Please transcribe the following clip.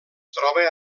troba